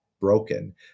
broken